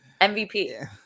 mvp